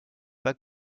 pas